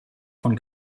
von